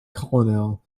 colonel